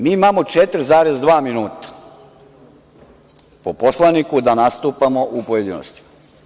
Mi imamo 4,2 minuta po poslaniku da nastupamo u pojedinostima.